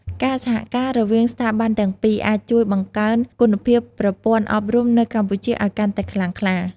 ការសហការរវាងស្ថាប័នទាំងពីរ អាចជួយបង្កើនគុណភាពប្រព័ន្ធអប់រំនៅកម្ពុជាឲ្យកាន់តែខ្លាំងក្លា។